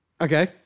Okay